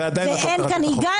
ועדיין לא קראת את החוק.